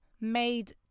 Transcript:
made